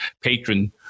patron